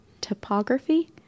Topography